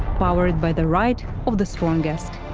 power by the right of the strongest.